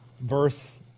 verse